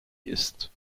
ist